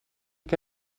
que